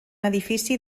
edifici